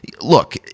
look